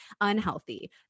unhealthy